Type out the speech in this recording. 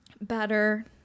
better